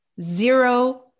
zero